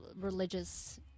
religious